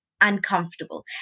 uncomfortable